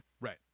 Right